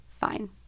fine